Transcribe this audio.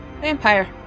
vampire